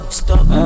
stop